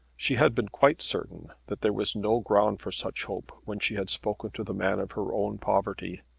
she had been quite certain that there was no ground for such hope when she had spoken to the man of her own poverty.